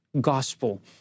gospel